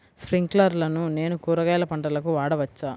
స్ప్రింక్లర్లను నేను కూరగాయల పంటలకు వాడవచ్చా?